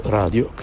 radio